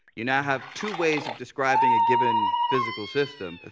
you now have two ways of describing a given physical system.